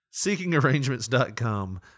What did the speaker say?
Seekingarrangements.com